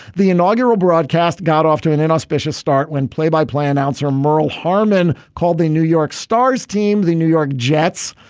the inaugural broadcast got off to an inauspicious start when play by play announcer merle harmon called the new york star's team the new york jets.